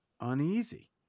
uneasy